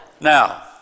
Now